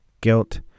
guilt